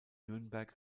nürnberg